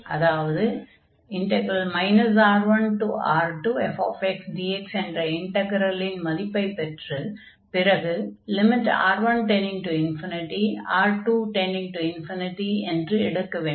அதாவது R1R2fxdx என்ற இன்டக்ரலின் மதிப்பைப் பெற்ற பிறகு lim⁡R1→∞ R2→∞ என்று எடுக்க வேண்டும்